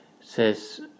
says